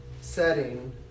setting